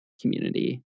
community